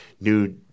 new